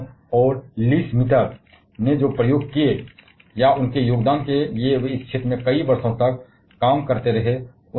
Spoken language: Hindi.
ओट्टो होन और लिज़ मीटनर ने जो प्रयोग किए वे योगदान के लिए उन्हें दिए गए थे या वे इस क्षेत्र में कई वर्षों तक काम करते रहे